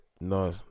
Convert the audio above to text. No